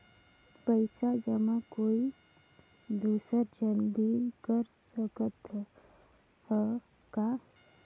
पइसा जमा कोई दुसर झन भी कर सकत त ह का?